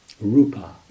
Rupa